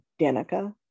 Danica